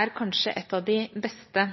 er kanskje et av de beste